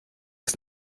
ist